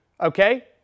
okay